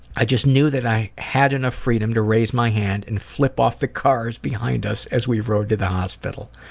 i just knew that i had enough freedom to raise may hand and flip off the cars behind us as we rode to the hospital.